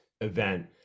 event